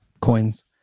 coins